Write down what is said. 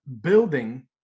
building